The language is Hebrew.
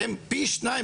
שהן פי שניים